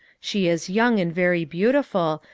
she is young and very beautiful,